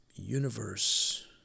universe